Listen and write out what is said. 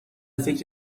فکر